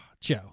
Joe